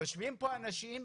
יושבים פה אנשים,